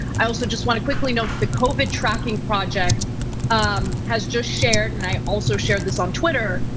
i also just want to quickly note the covid tracking project um has just shared, and i also shared this on twitter,